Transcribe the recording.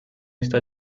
está